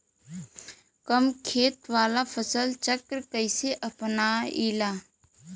कम खेत वाला फसल चक्र कइसे अपनाइल?